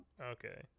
Okay